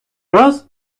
раз